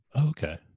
Okay